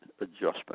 adjustment